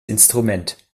instrument